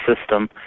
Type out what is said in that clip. system